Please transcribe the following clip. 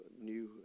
new